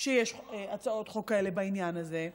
ויש הצעות חוק כאלה בעניין הזה,